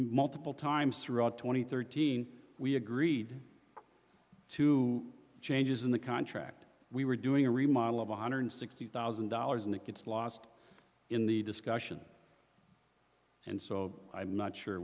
multiple times throughout two thousand and thirteen we agreed to changes in the contract we were doing a remodel of one hundred sixty thousand dollars and it gets lost in the discussion and so i'm not sure